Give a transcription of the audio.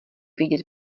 vědět